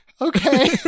Okay